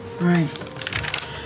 Right